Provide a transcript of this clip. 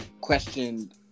questioned